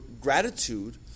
gratitude